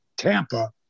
Tampa